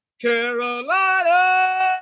Carolina